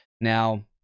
Now